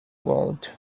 gold